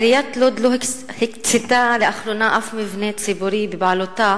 עיריית לוד לא הקצתה לאחרונה אף מבנה ציבורי שבבעלותה